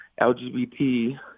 LGBT